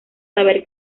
saber